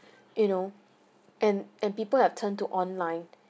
you know and and people have turned to online